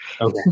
Okay